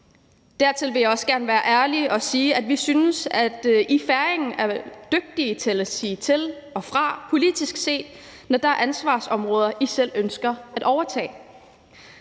Dertil vil jeg også gerne være ærlig at sige, at vi synes, at I færinger er dygtige til at sige til og fra politisk set, når der er ansvarsområder, I selv ønsker at overtage.